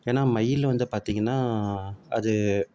ஏன்னா மயில் வந்து பார்த்திங்கனா அது